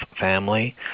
family